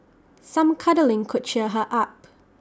some cuddling could cheer her up